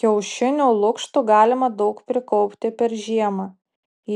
kiaušinių lukštų galima daug prikaupti per žiemą